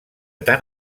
tant